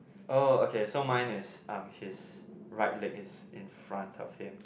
oh okay so mine is um his right leg is in front of him